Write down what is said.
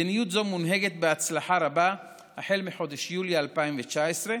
מדיניות זו מונהגת בהצלחה רבה החל מחודש יולי 2019,